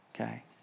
Okay